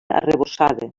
arrebossada